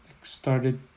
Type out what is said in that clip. started